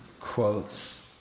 quotes